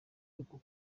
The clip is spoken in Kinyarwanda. uku